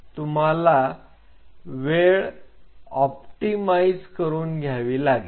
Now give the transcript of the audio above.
तुम्हाला वेळ ऑप्टिमाइझ करून घ्यावे लागेल